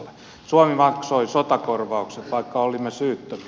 suomi maksoi sotakorvaukset vaikka olimme syyttömiä